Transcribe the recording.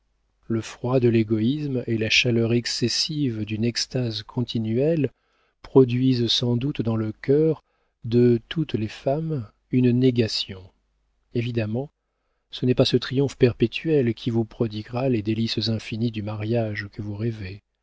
le froid de l'égoïsme et la chaleur excessive d'une extase continuelle produisent sans doute dans le cœur de toutes les femmes une négation évidemment ce n'est pas ce triomphe perpétuel qui vous prodiguera les délices infinies du mariage que vous rêvez